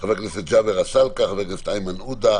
חבר הכנסת עודד פורר, חבר הכנסת יבגני סובה,